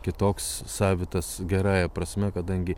kitoks savitas gerąja prasme kadangi